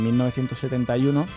1971